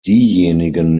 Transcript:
diejenigen